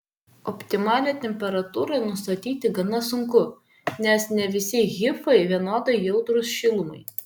optimalią temperatūrą nustatyti gana sunku nes ne visi hifai vienodai jautrūs šilumai